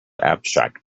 abstract